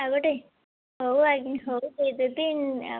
ଆଉ ଗୋଟେ ହଉ ଆ ହଉ ଦେଇଦେବି ଆ